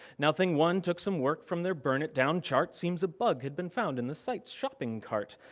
now, thing one took some work from their burn it down chart, seems a bug had been found in the sites shopping cart.